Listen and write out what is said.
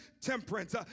temperance